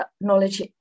knowledge